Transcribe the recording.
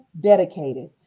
dedicated